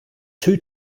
two